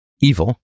evil